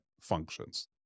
functions